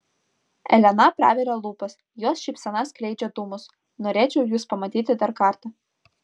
elena praveria lūpas jos šypsena skleidžia dūmus norėčiau jus pamatyti dar kartą